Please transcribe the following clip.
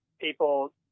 people